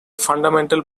fundamental